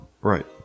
right